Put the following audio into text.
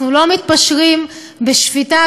אנחנו לא מתפשרים בשפיטה.